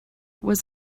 was